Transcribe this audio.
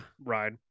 ride